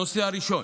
הנושא הראשון: